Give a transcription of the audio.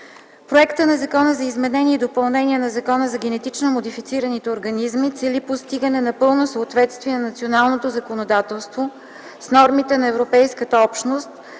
Законопроектът за изменение и допълнение на Закона за генетично модифицираните организми цели постигане на пълно съответствие на националното законодателство с нормите на Европейската общност